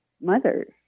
mothers